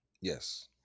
Yes